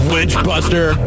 Witchbuster